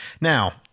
Now